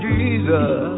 Jesus